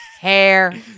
hair